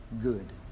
good